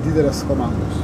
didelės komandos